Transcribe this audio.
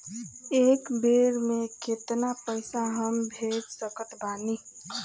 एक बेर मे केतना पैसा हम भेज सकत बानी?